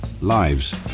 lives